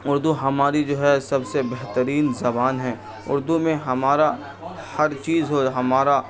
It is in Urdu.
اردو ہماری جو ہے سب سے بہترین زبان ہے اردو میں ہمارا ہر چیز ہو ہمارا